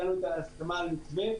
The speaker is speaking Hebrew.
הגענו להסכמה על מתווה,